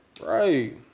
Right